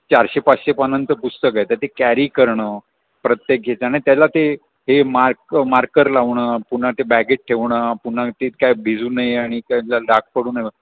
चारशे पाचशे पानांचं पुस्तक आहे तर ते कॅरी करणं प्रत्येक घेताना त्याला ते हे मार्क मार्कर लावणं पुन्हा ते बॅगेत ठेवणं पुन्हा ते काय भिजू नये आणि त्याला डाग पडू नये